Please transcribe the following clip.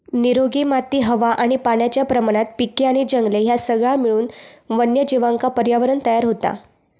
निरोगी माती हवा आणि पाण्याच्या प्रमाणात पिके आणि जंगले ह्या सगळा मिळून वन्यजीवांका पर्यावरणं तयार होता